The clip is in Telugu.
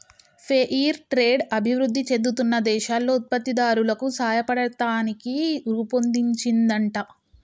ఫెయిర్ ట్రేడ్ అభివృధి చెందుతున్న దేశాల్లో ఉత్పత్తి దారులకు సాయపడతానికి రుపొన్దించిందంట